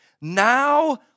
Now